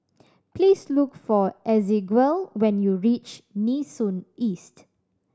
please look for Ezequiel when you reach Nee Soon East